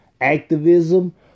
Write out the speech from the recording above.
activism